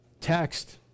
text